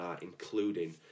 including